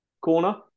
corner